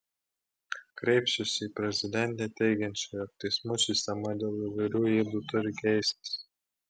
kreipsiuosi į prezidentę teigiančią jog teismų sistema dėl įvairių ydų turi keistis